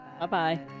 Bye-bye